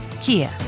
Kia